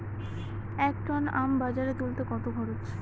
এক টন আম বাজারে তুলতে কত খরচ?